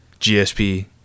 GSP